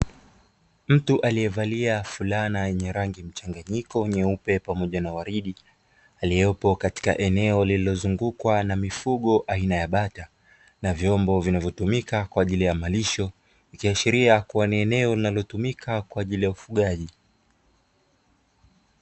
Mtu aliyevalia fulana yenye rangi mchanganyiko nyeupe pamoja na waridi, aliyepo katika eneo lililozungukwa na mifugo aina ya bata na vyombo vinavyo tumika kwa ajili ya malisho, ikiashiria kua ni eneo linalo tumika kwa ajili ya ufugaji.